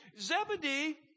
Zebedee